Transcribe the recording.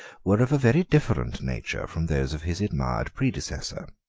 were of a very different nature from those of his admired predecessor.